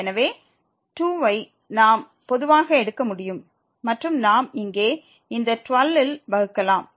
எனவே 2 ஐ நாம் பொதுவாக எடுக்க முடியும் மற்றும் நாம் இங்கே இந்த 12 இல் வகுக்கலாம்